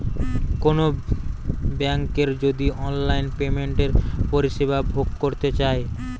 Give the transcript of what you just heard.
কোনো বেংকের যদি অনলাইন পেমেন্টের পরিষেবা ভোগ করতে চাই